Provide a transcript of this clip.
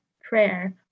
prayer